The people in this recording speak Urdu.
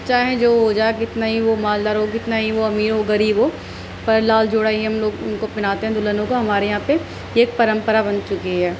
چاہے جو ہو جائے کتنا ہی وہ مالدار ہو کتنا ہی وہ امیر ہو غریب ہو پر لال جوڑا ہی ہم لوگ ان کو پناتے ہیں دلہنوں کو ہمارے یہاں پہ ایک پرمپرا بن چکی ہے